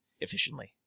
efficiently